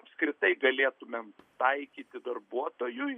apskritai galėtumėm taikyti darbuotojui